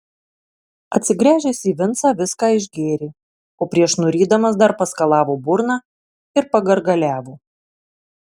atsigręžęs į vincą viską išgėrė o prieš nurydamas dar paskalavo burną ir pagargaliavo